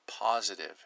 positive